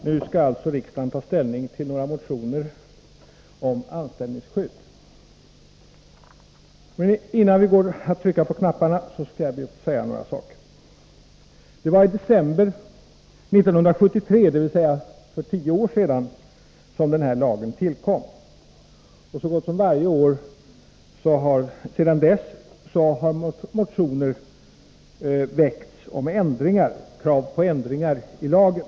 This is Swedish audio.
Herr talman! Nu skall riksdagen alltså ta ställning till några motioner om anställningsskydd. Innan vi trycker på knapparna skall jag be att få säga några saker. Det var i december 1973, dvs. för tio år sedan, som denna lag tillkom, och så gott som varje år sedan dess har motioner väckts med krav på ändringar i lagen.